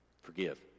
forgive